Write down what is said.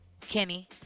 Kenny